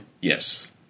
yes